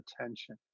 attention